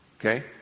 Okay